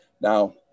now